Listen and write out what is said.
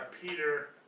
Peter